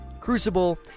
Crucible